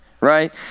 right